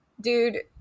dude